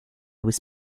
was